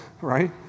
right